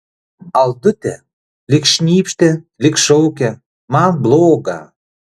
aldute lyg šnypštė lyg šaukė man bloga